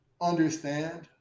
understand